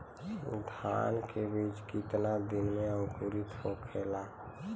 धान के बिज कितना दिन में अंकुरित होखेला?